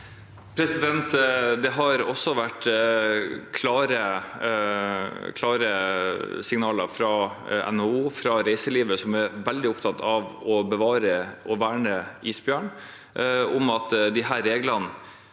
Det har også vært klare signaler fra NHO, fra reiselivet, som er veldig opptatt av å bevare og verne isbjørn, om at disse reglene